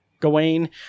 Gawain